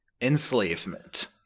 enslavement